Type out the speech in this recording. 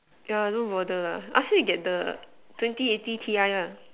yeah don't bother lah ask him to get the twenty eighty T I lah